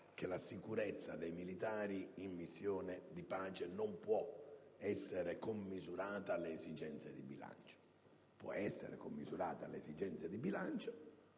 che la sicurezza dei militari in missione di pace non venga commisurata alle esigenze di bilancio. Può essere commisurata alle esigenze di bilancio